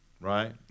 Right